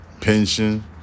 pension